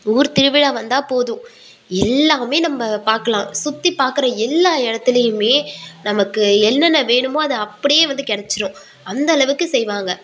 ஊர் திருவிழா வந்தால் போதும் எல்லாமே நம்ம பாக்கலாம் சுற்றி பாக்கற எல்லா இடத்துலையுமே நமக்கு என்னென்ன வேணுமோ அது அப்படியே வந்து கிடச்சிடும் அந்தளவுக்கு செய்வாங்க